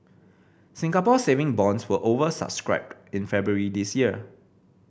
Singapore Saving Bonds were over subscribed in February this year